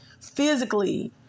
physically